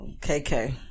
KK